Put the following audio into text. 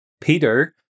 Peter